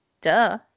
Duh